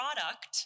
product